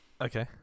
Okay